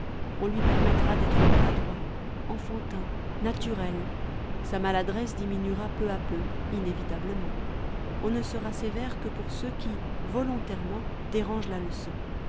on lui permettra d'être maladroit enfantin nalurel sa maladresse diminuera peu à peu inévitablement on ne sera sévère que pour ceux qui volontairement dérangent la leçon